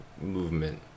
movement